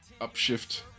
Upshift